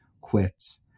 quits